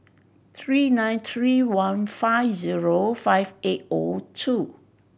three nine three one five zero five eight O two